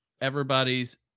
everybody's